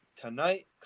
tonight